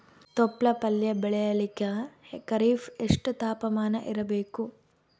ತೊಪ್ಲ ಪಲ್ಯ ಬೆಳೆಯಲಿಕ ಖರೀಫ್ ಎಷ್ಟ ತಾಪಮಾನ ಇರಬೇಕು?